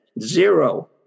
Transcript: zero